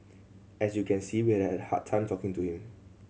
as you can see we had a hard time talking to him